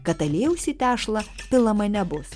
kad aliejaus į tešlą pilama nebus